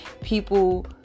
people